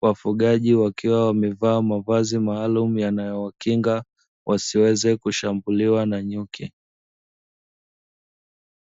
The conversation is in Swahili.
kwa ufugaji wakiwa wamevaa mavazi maalumu yanayowakinga wasiweze kushambuliwa na nyuki.